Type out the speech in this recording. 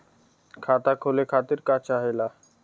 खाता खोले खातीर का चाहे ला?